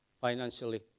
financially